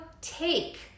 take